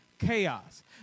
Chaos